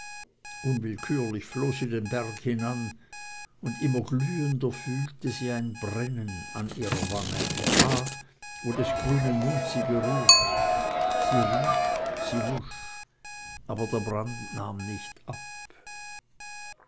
unwillkürlich floh sie den berg hinan und immer glühender fühlte sie ein brennen an ihrer wange da wo des grünen mund sie berührt sie rieb sie wusch aber der brand nahm nicht ab